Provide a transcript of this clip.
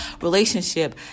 relationship